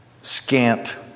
Scant